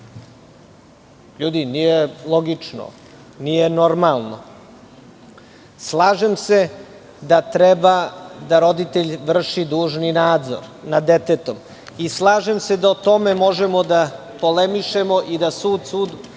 kriv. Nije logično, nije normalno. Slažem se da treba da roditelj vrši dužni nadzor nad detetom i slažem se da o tome možemo da polemišemo i da sud može